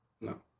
No